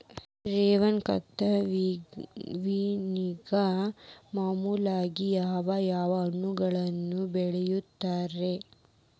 ಝೈದ್ ಋತುವಿನಾಗ ಮಾಮೂಲಾಗಿ ಯಾವ್ಯಾವ ಹಣ್ಣುಗಳನ್ನ ಬೆಳಿತಾರ ರೇ?